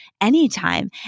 anytime